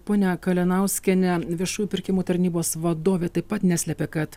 ponia kalinauskiene viešųjų pirkimų tarnybos vadovė taip pat neslepia kad